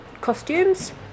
costumes